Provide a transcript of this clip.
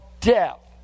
death